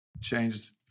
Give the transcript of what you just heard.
Changed